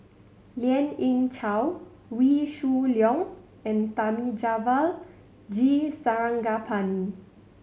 Lien Ying Chow Wee Shoo Leong and Thamizhavel G Sarangapani